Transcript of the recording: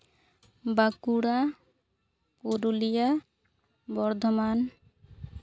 Bankura Purulia Bardhaman